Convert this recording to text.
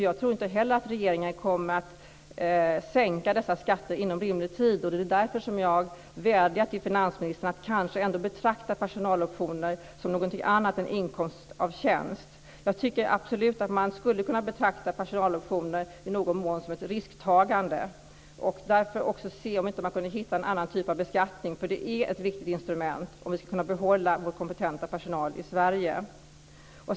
Jag tror inte heller att regeringen kommer att sänka dessa skatter inom rimlig tid, och därför vädjar jag till finansministern att kanske ändå betrakta personaloptionerna som någonting annat än inkomst av tjänst. Jag tycker absolut att man skulle kunna betrakta personaloptioner i någon mån som ett risktagande, och därför borde man också se om man inte kan hitta en annan typ av beskattning. Det är nämligen ett viktigt instrument om vi skall kunna behålla vår kompetenta personal i Sverige.